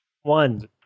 One